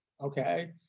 okay